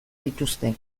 dituzte